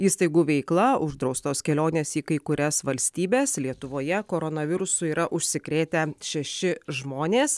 įstaigų veikla uždraustos kelionės į kai kurias valstybes lietuvoje koronavirusu yra užsikrėtę šeši žmonės